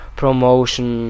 promotion